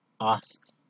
asks